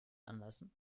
anlassen